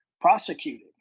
prosecuted